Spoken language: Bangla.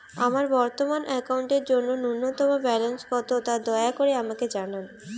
আমার বর্তমান অ্যাকাউন্টের জন্য ন্যূনতম ব্যালেন্স কত তা দয়া করে আমাকে জানান